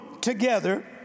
together